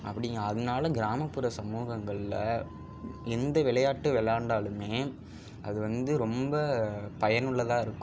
அப்படி அதனால கிராமப்புற சமூகங்களில் எந்த விளையாட்டு விளையாண்டலுமே அது வந்து ரொம்ப பயன் உள்ளதாக இருக்கும்